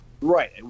right